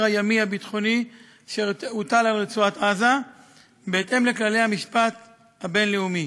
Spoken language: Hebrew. הימי-הביטחוני שהוטל על רצועת-עזה בהתאם לכללי המשפט הבין-לאומי.